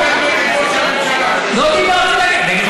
לא דיברתי נגד